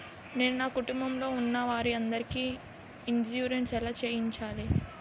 నేను నా కుటుంబం లొ ఉన్న వారి అందరికి ఇన్సురెన్స్ ఎలా చేయించాలి?